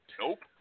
nope